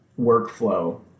workflow